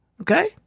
Okay